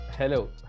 Hello